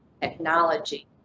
technology